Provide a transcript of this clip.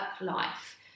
life